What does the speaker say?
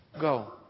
Go